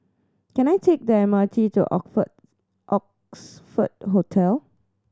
can I take the M R T to Oxford Hotel